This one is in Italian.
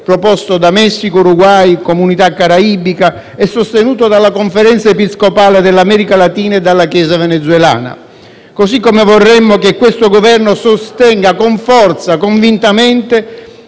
proposto da Messico, Uruguay, Comunità caraibica e sostenuto dalla Conferenza episcopale dell'America Latina e dalla Chiesa venezuelana. Così come vorremmo che il Governo sostenga con forza e convintamente